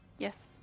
Yes